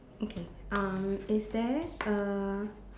okay um is there uh